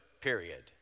period